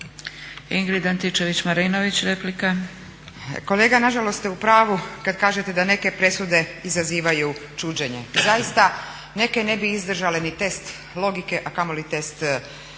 **Antičević Marinović, Ingrid (SDP)** Kolega nažalost ste u pravu kad kažete da neke presude izazivaju čuđenje. Zaista, neke ne bi izdržale ni test logike, a kamoli test zakonitosti.